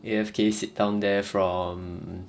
A_F_K sit down there from